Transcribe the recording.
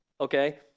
Okay